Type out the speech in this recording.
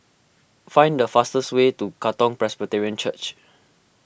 find the fastest way to Katong Presbyterian Church